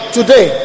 Today